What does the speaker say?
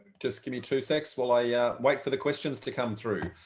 just give me two seconds while i wait for the questions to come through.